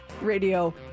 radio